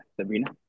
Sabrina